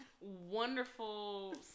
wonderful